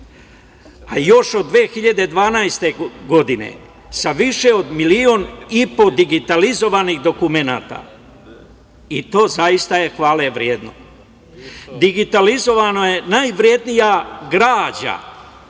a još od 2012. godine sa više od milion i po digitalizovanih dokumenata i to je zaista hvale vredno. Digitalizovana je najvrednija građa